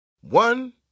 One